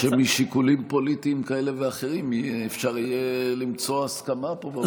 שמשיקולים פוליטיים כאלה ואחרים אפשר יהיה למצוא הסכמה בבית הזה.